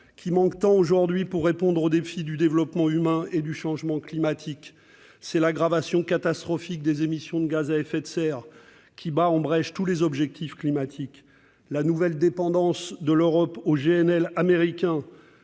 qui manquent tant aujourd'hui pour répondre aux défis du développement humain et du changement climatique. C'est l'aggravation catastrophique des émissions de gaz à effet de serre, qui bat en brèche tous les objectifs climatiques. La nouvelle dépendance de l'Europe au gaz naturel